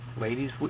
ladies